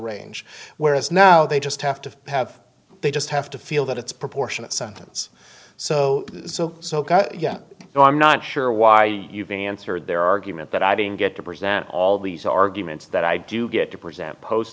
range whereas now they just have to have they just have to feel that it's proportionate sentence so so so yeah but i'm not sure why you've been answered their argument that i didn't get to present all these arguments that i do get to present post